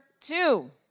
two